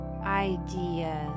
ideas